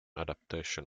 adaptation